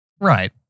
right